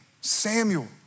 Samuel